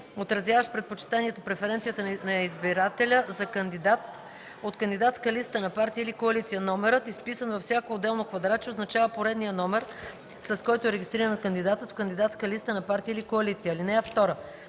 отразяващ предпочитанието (преференцията) на избирателя за кандидат от кандидатска листа на партия или коалиция; номерът, изписан във всяко отделно квадратче означава поредния номер, с който е регистриран кандидатът в кандидатска листа на партия или коалиция. (2)